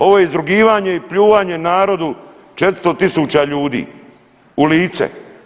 Ovo je izrugivanje i pljuvanje narodu 400.000 ljudi u lice.